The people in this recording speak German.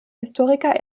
historiker